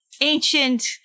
ancient